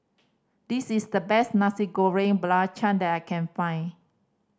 this is the best Nasi Goreng Belacan that I can find